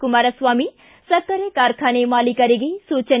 ಕುಮಾರಸ್ವಾಮಿ ಸಕ್ಕರೆ ಕಾರ್ಖಾನೆ ಮಾಲೀಕರಿಗೆ ಸೂಚನೆ